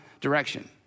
direction